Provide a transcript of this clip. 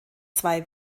zwei